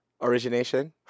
Origination